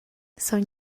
sogn